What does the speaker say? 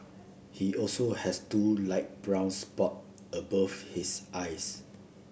he also has two light brown spot above his eyes